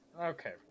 Okay